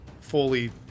fully